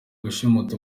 gushimuta